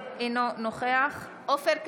אינו נוכח עופר כסיף,